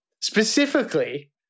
Specifically